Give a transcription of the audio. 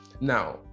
Now